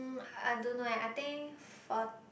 mm I don't know eh I think for~